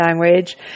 language